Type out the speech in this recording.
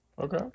Okay